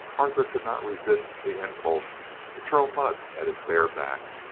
arthur could not resist the impulse to throw mud at his bare back.